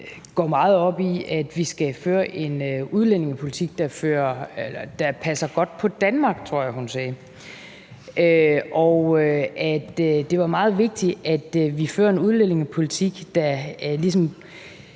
går meget op i, at vi skal føre en udlændingepolitik, der passer godt på Danmark, tror jeg hun sagde, og at det er meget vigtigt, at vi fører en udlændingepolitik, der ligesom